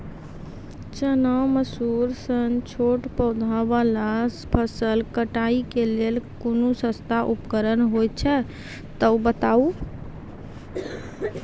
चना, मसूर सन छोट पौधा वाला फसल कटाई के लेल कूनू सस्ता उपकरण हे छै तऽ बताऊ?